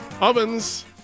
Ovens